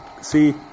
See